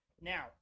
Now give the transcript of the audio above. Now